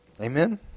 Amen